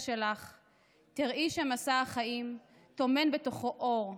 שלך / תראי שמסע החיים / טומן בתוכו אור,